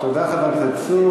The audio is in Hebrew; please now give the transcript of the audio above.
למה לוועדת הכנסת?